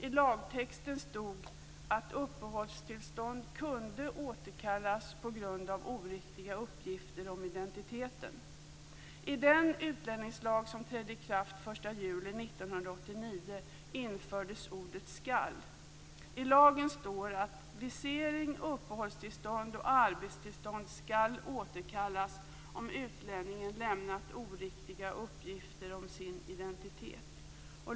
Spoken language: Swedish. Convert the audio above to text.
I lagtexten stod att uppehållstillstånd kunde återkallas på grund av oriktiga uppgifter om identiteten. 1989 infördes ordet skall. I lagen står att visering, uppehållstillstånd och arbetstillstånd skall återkallas om utlänningen lämnat oriktiga uppgifter om sin identitet.